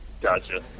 Gotcha